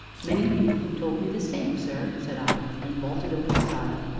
many people have told me the same, sir, said i, and vaulted over the stile.